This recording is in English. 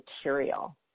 material